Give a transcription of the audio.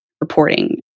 reporting